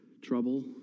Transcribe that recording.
trouble